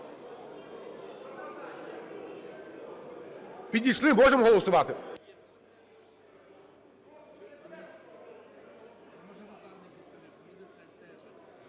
Підійшли, можемо голосувати?